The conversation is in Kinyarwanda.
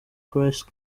christ